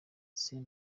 saif